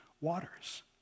waters